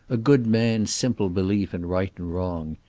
a good man's simple belief in right and wrong.